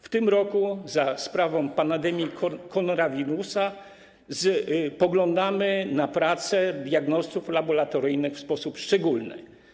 W tym roku za sprawą pandemii koronawirusa spoglądamy na pracę diagnostów laboratoryjnych w sposób szczególny.